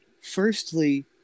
firstly